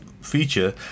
feature